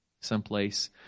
someplace